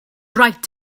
right